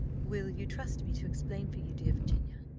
will you trust me to explain for you, dear virginia?